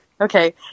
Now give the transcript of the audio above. Okay